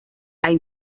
ein